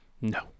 No